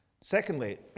Secondly